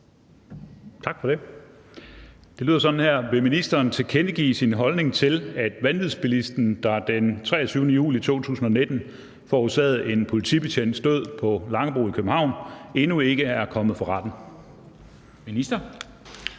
af: Peter Skaarup (DF): Vil ministeren tilkendegive sin holdning til, at vanvidsbilisten, der den 23. juli 2019 forårsagede en politibetjents død på Langebro i København, endnu ikke er kommet for retten? Formanden